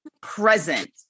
present